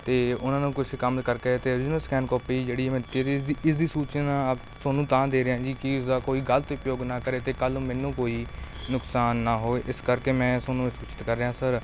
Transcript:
ਅਤੇ ਉਹਨਾਂ ਨੂੰ ਕੁਛ ਕੰਮ ਕਰਕੇ ਅਤੇ ਓਰਿਜਨਲ ਸਕੈਨ ਕੋਪੀ ਜਿਹੜੀ ਮੈਂ ਜਿਹੜੀ ਇਸਦੀ ਇਸਦੀ ਸੂਚਨਾ ਤੁਹਾਨੂੰ ਤਾਂ ਦੇ ਰਿਹਾ ਜੀ ਕਿ ਉਸਦਾ ਕੋਈ ਗਲਤ ਉਪਯੋਗ ਨਾ ਕਰੇ ਅਤੇ ਕੱਲ੍ਹ ਨੂੰ ਮੈਨੂੰ ਕੋਈ ਨੁਕਸਾਨ ਨਾ ਹੋਵੇ ਇਸ ਕਰਕੇ ਮੈਂ ਤੁਹਾਨੂੰ ਸੂਚਿਤ ਕਰ ਰਿਹਾ ਸਰ